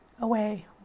away